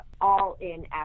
all-in